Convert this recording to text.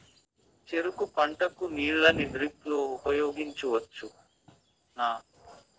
చెరుకు పంట కు నీళ్ళని డ్రిప్ లో ఉపయోగించువచ్చునా?